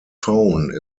phone